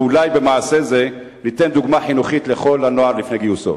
ואולי במעשה זה ניתן דוגמה חינוכית לכל הנוער לפני גיוסו.